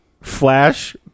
Flash